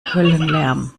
höllenlärm